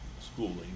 schooling